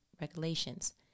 regulations